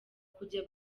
kujya